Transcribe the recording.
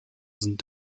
sind